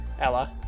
Ella